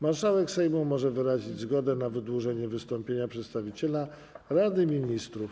Marszałek Sejmu może wyrazić zgodę na wydłużenie wystąpienia przedstawiciela Rady Ministrów.